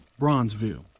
Bronzeville